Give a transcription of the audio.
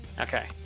Okay